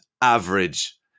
average